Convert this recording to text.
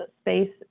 space